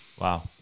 wow